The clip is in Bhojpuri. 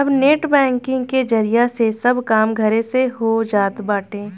अब नेट बैंकिंग के जरिया से सब काम घरे से हो जात बाटे